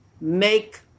make